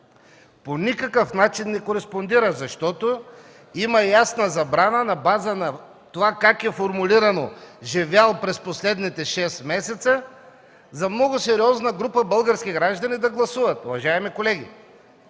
По никакъв начин не кореспондира, защото има ясна забрана на база на това как е формулирано – живял през последните 6 месеца, за много сериозна група български граждани да гласуват. Уважаеми колеги,